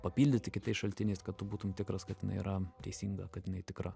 papildyti kitais šaltiniais kad tu būtum tikras kad jinai yra teisinga kad jinai tikra